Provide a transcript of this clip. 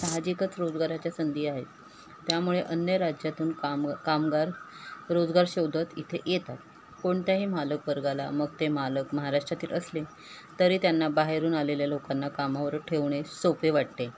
साहजिकच रोजगाराच्या संधी आहेत त्यामुळे अन्य राज्यातून काम कामगार रोजगार शोधत इथे येतात कोणत्याही मालक वर्गाला मग ते मालक महाराष्ट्रातील असले तरी त्यांना बाहेरून आलेल्या लोकांना कामावर ठेवणे सोपे वाटते